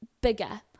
bigger